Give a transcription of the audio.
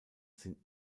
sind